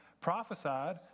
prophesied